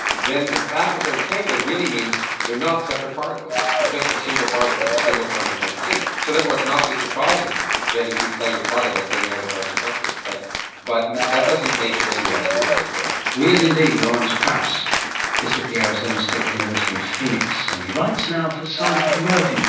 then the fact that they're entangled really means that they're not separate particles, they're just a single particle or a single quantum mechanical state. so therefore it's not too surprising that if you play with part of it then the other part is affected. but but and that doesn't make it any less weird, i suppose. weird indeed. lawrence krauss is at the arizona state university in phoenix, and he writes now for scientific america